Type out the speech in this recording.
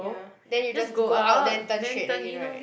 ya then you just go out then turn straight again [right]